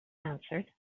answered